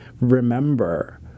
remember